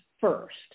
first